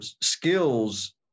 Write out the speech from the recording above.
skills